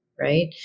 right